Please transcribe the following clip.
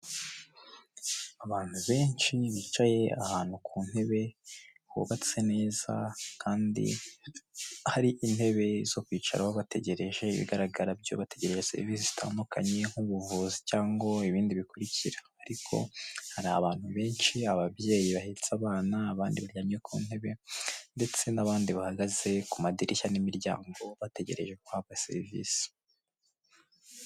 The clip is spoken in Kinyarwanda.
Abantu benshi bicaye ahantu ku ntebe, hubatse neza kandi hari intebe zo kwicaraho bategereje ibigaragara byo bategereza serivi zitandukanye, nk'ubuvuzi cyangwa ibindi bikurikira ariko hari abantu benshi ababyeyi bahetse abana, abandi baryamye ku ntebe, ndetse n'abandi bahagaze ku madirishya n'imiryango bategereje guhabwa serivisi.